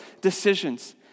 decisions